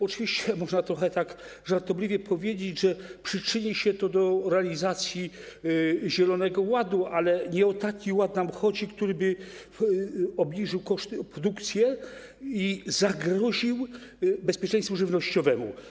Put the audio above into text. Oczywiście można trochę tak żartobliwie powiedzieć, że przyczyni się to do realizacji zielonego ładu, ale nie o taki ład nam chodzi, który by zmniejszył produkcję i zagroził bezpieczeństwu żywnościowemu.